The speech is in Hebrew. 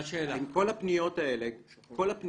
אם כל הפניות שהגיעו,